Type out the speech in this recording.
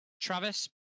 Travis